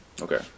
Okay